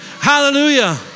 Hallelujah